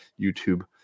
YouTube